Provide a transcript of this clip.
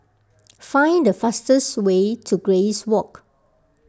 find the fastest way to Grace Walk